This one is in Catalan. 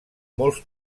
molts